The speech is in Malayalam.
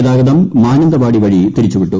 ഗതാഗതം മാനന്തവാടി വഴി തിരിച്ചുവിട്ടു